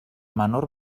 menor